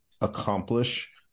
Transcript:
accomplish